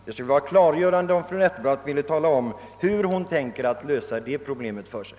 Det skulle vara klargörande om fru Nettelbrandt ville tala om hur hon ämnar lösa det problemet för sig.